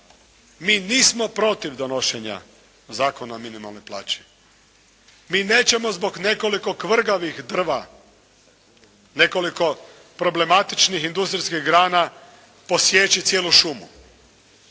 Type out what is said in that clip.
Mi nismo protiv donošenja Zakona o minimalnoj plaći. Mi nećemo zbog nekoliko kvrgavih drva, nekoliko problematičnih industrijskih grana posjeći cijelu šumu